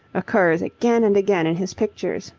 occurs again and again in his pictures,